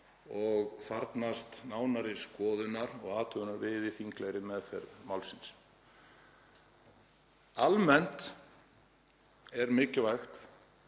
og þarfnast nánari skoðunar og athugunar við í þinglegri meðferð málsins. Almennt er mikilvægt